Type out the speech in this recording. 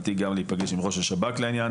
בכוונתי גם להיפגש עם ראש השב"כ לעניין,